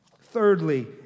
Thirdly